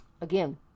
Again